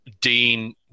Dean